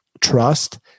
trust